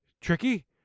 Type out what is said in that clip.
tricky